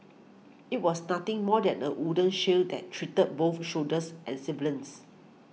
it was nothing more than a wooden shed that treated both soldiers and civilians